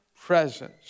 presence